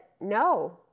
no